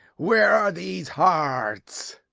where are these hearts?